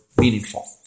Meaningful